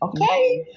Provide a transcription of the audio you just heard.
okay